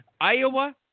Iowa